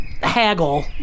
haggle